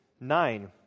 nine